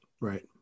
right